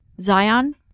Zion